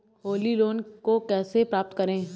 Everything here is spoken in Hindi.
होली लोन को कैसे प्राप्त करें?